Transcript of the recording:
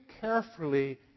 carefully